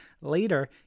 later